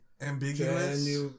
Ambiguous